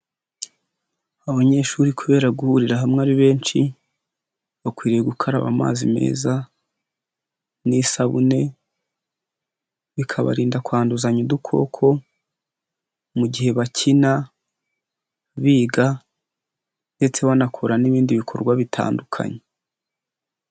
Abanyeshuri kubera guhurira hamwe ari benshi, bakwiriye gukaraba amazi meza n'isabune, bikabarinda kwanduzanya udukoko mu gihe bakina biga ndetse banakora n'ibindi bikorwa bitandukanye.